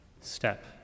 Step